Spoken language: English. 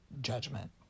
judgment